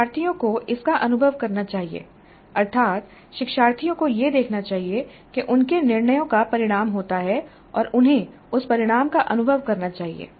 शिक्षार्थियों को इसका अनुभव करना चाहिए अर्थात शिक्षार्थियों को यह देखना चाहिए कि उनके निर्णयों का परिणाम होता है और उन्हें उस परिणाम का अनुभव करना चाहिए